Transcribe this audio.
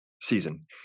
season